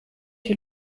die